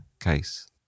case